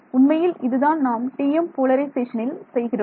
உண்மையில் இதுதான் நாம் TM போலரைசேஷனில் செய்கிறோம்